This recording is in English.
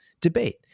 debate